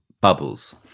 bubbles